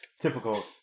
Typical